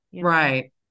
Right